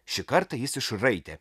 šį kartą jis išraitė